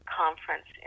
conference